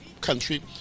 country